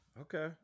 Okay